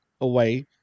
away